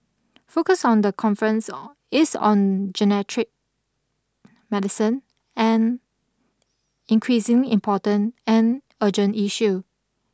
focus of the conference is on medicine an increasingly important and urgent issue